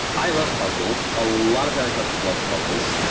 i love puzzles. a lot of paleontologists love puzzles.